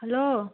hello